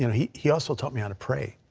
you know he he also taught me how to pray,